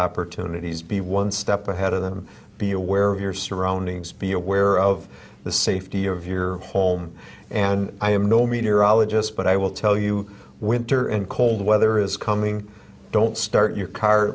opportunities be one step ahead of them be aware of your surroundings be aware of the safety of your home and i am no meteorologist but i will tell you winter and cold weather is coming don't start your car